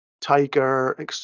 tiger